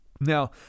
Now